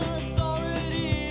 authority